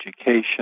education